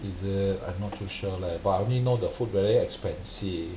it's a I'm not too sure leh but I only know the food is very expensive